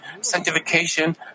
sanctification